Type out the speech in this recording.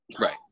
Right